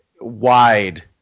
wide